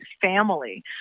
family